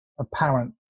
apparent